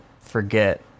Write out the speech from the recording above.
forget